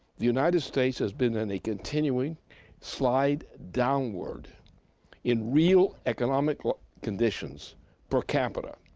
the united states has been in a continuing slide downward in real economic conditions per capita